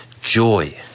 joy